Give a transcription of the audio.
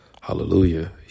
Hallelujah